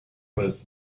was